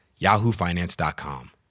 yahoofinance.com